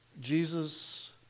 Jesus